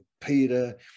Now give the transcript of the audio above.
peter